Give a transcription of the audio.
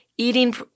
Eating